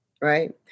right